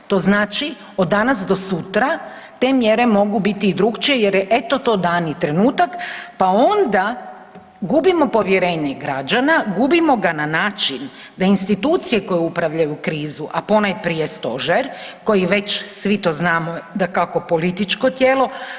To znači od danas do sutra te mjere mogu biti i drukčije, jer je to eto dani trenutak pa onda gubimo povjerenje građana, gubimo ga na način da institucije koje upravljaju krizu, a ponajprije Stožer koji već svi to znamo dakako političko tijelo.